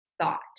thought